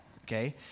okay